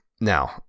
Now